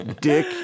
dick